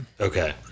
Okay